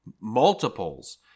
multiples